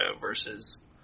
versus